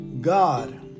God